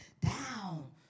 down